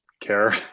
care